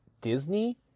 Disney